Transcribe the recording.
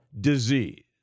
disease